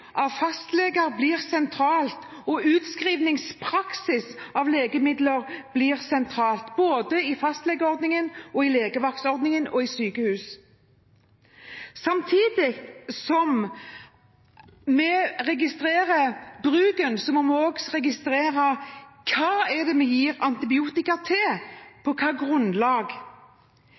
av fastleger blir sentralt, og utskrivingspraksis av legemidler blir sentralt, både i fastlegeordningen, i legevaktordningen og i sykehusene. Samtidig som vi registrerer bruken, må vi også registrere hva vi gir antibiotika mot og på hvilket grunnlag. I tillegg til